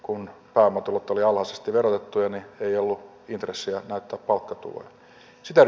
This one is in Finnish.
kun pääomatulot olivat alhaisesti verotettuja niin ei ollut intressiä enää ottaa palkkatuloja